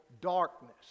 darkness